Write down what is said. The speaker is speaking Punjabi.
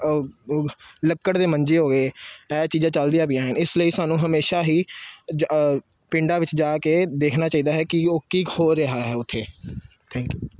ਲੱਕੜ ਦੇ ਮੰਜੇ ਹੋ ਗਏ ਇਹ ਚੀਜ਼ਾਂ ਚੱਲਦੀਆਂ ਪਈਆਂ ਹਨ ਇਸ ਲਈ ਸਾਨੂੰ ਹਮੇਸ਼ਾ ਹੀ ਅ ਜ ਪਿੰਡਾਂ ਵਿੱਚ ਜਾ ਕੇ ਦੇਖਣਾ ਚਾਹੀਦਾ ਹੈ ਕਿ ਉਹ ਕੀ ਹੋ ਰਿਹਾ ਹੈ ਉੱਥੇ ਥੈਂਕ ਯੂ